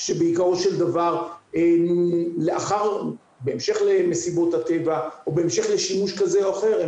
שבעיקרו של דבר בהמשך למסיבות הטבע או בהמשך לשימוש כזה או אחר,